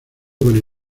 con